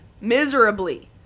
miserably